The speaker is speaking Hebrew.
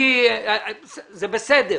זה בסדר.